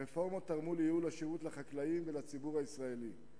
הרפורמות תרמו לייעול השירות לחקלאים ולציבור הישראלי.